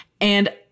and-